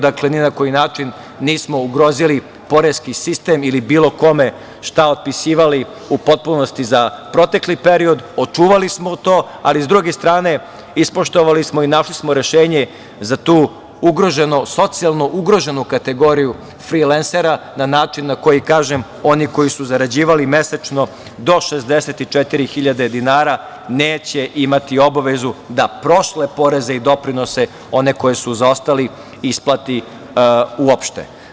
Dakle, ni na koji način nismo ugrozili poreski sistem ili bilo kome šta otpisivali u potpunosti za protekli period, očuvali smo to, ali, s druge strane, ispoštovali smo i našli smo rešenje za tu socijalno ugroženu kategoriju frilensera na način na koji, kažem, oni koji su zarađivali mesečno do 64.000 dinara neće imati obavezu da prošle poreze i doprinose, one koji su zaostali, isplate uopšte.